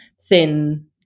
thin